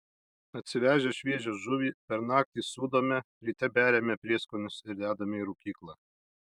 atsivežę šviežią žuvį per naktį sūdome ryte beriame prieskonius ir dedame į rūkyklą